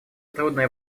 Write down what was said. трудное